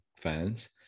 fans